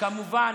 כמובן.